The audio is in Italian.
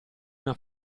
una